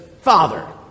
Father